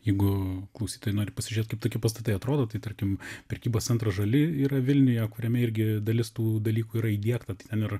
jeigu klausytojai nori pasižiūrėt kaip tokie pastatai atrodo tai tarkim prekybos centro žali yra vilniuje kuriame irgi dalis tų dalykų yra įdiegta tai ten ir